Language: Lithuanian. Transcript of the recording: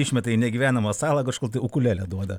išmeta į negyvenamą salą kažkur ukulėlę duoda